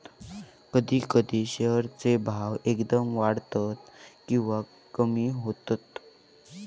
कधी कधी शेअर चे भाव एकदम वाढतत किंवा कमी होतत